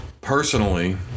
Personally